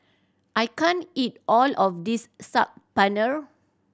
I can't eat all of this Saag Paneer